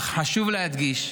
אך חשוב להדגיש,